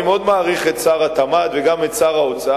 אני מאוד מעריך את שר התמ"ת וגם את שר האוצר.